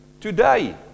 today